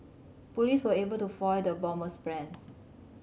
police were able to foil the bomber's plans